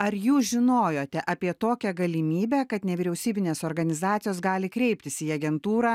ar jūs žinojote apie tokią galimybę kad nevyriausybinės organizacijos gali kreiptis į agentūrą